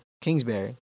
Kingsbury